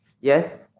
Yes